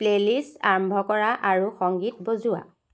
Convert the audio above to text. playlist আৰম্ভ কৰা আৰু সংগীত বজোৱা